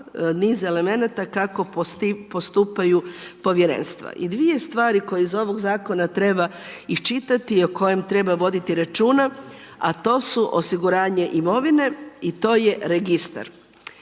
niz elemenata kako postupaju povjerenstva. I dvije stvari koje iz ovog Zakona treba iščitati i o kojim treba voditi računa, a to su osiguranje imovine i to je registar.